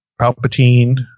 Palpatine